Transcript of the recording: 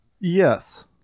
Yes